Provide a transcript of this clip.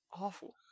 awful